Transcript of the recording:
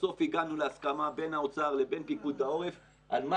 בסוף הגענו להסכמה בין האוצר לבין פיקוד העורף על מה